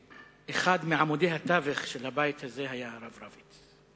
אחד מעמודי התווך של הבית הזה היה הרב רביץ.